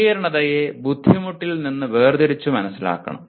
സങ്കീർണ്ണതയെ ബുദ്ധിമുട്ടിൽ നിന്ന് വേർതിരിച്ചു മനസിലാക്കണം